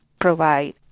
provide